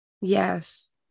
Yes